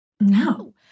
No